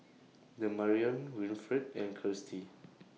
Damarion Winfred and Kirstie